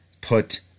put